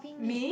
me